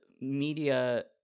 media